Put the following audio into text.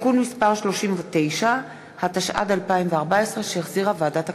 (תיקון מס' 39), התשע"ד 2014, שהחזירה ועדת הכנסת.